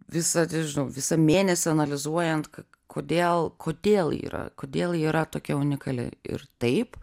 visą nežinau visą mėnesį analizuojant kodėl kodėl ji yra kodėl ji yra tokia unikali ir taip